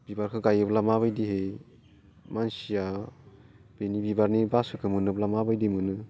बिबारखो गायोब्ला माबायदिहै मानसिया बिनि बिबारनि बासोखो मोनोब्ला माबायदि मोनो